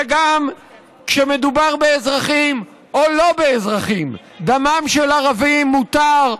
וגם כשמדובר באזרחים או לא באזרחים דמם של ערבים מותר,